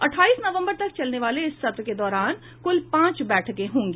अट्ठाईस नवम्बर तक चलने वाले इस सत्र के दौरान कुल पांच बैठकें होंगी